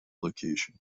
location